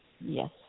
Yes